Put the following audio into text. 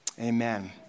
Amen